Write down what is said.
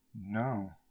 no